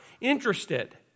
interested